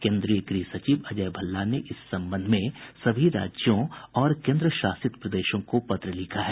केन्द्रीय गृह सचिव अजय भल्ला ने इस संबंध में सभी राज्यों और केन्द्र शासित प्रदेशों को पत्र लिखा है